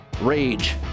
Rage